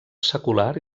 secular